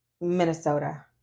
Minnesota